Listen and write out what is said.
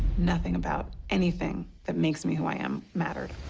nothing about anything that makes me who i am mattered.